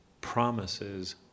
promises